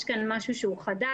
יש כאן משהו שהוא חדש.